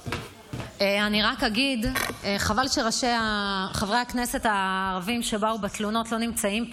אני רק אגיד שחבל שחברי הכנסת הערבים שבאו בתלונות לא נמצאים פה.